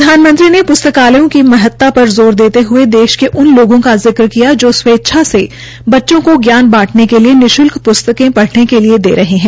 प्रधानमंत्री ने प्स्तकालयों की महत्ता पर ज़ोर देते हये देश के इल लोगों का जिक्र किया जो स्वेच्छा से बच्चों को ज्ञान बांटने के लिए निश्ल्क प्स्तकें पढ़ने के लिए दे रहे है